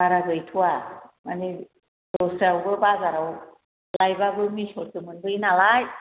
बारा गैथ'वा माने दस्रायावबो बाजाराव लायबाबो मिसलसो मोनबोयो नालाय